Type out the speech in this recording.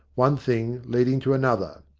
one thing leading to another.